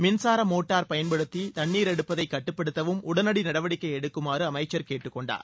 மின்சார மோட்டார் பயன்படுத்தி தண்ணீர் எடுப்பதை கட்டுப்படுத்தவும் உடனடி நடவடிக்கை எடுக்குமாறு அமைச்சர் கேட்டுக்கொண்டார்